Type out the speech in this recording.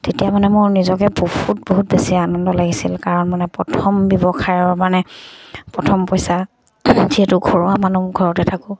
তেতিয়া মানে মোৰ নিজকে বহুত বহুত বেছি আনন্দ লাগিছিল কাৰণ মানে প্ৰথম ব্যৱসায়ৰ মানে প্ৰথম পইচা যিহেতু ঘৰুৱা মানুহ ঘৰতে থাকোঁ